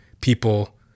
people